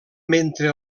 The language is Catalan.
mentre